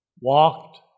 walked